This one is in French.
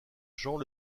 jean